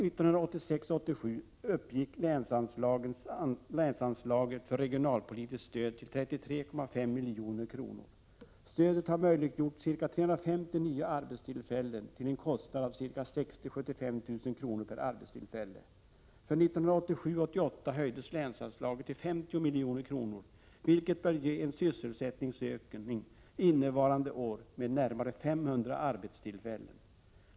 1986 88 höjs länsanslaget till 50 milj.kr., vilket bör ge en sysselsättningsökning innevarande år med närmare 500 arbetstillfällen.